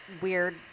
weird